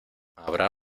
habrá